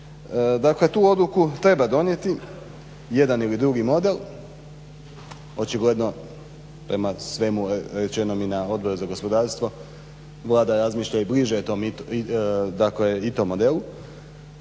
Dakle tu odluku treba donijeti, jedan ili drugi model, očigledno prema svemu rečeno mi na Odboru za gospodarstvo, Vlada razmišlja bliže I TO modelu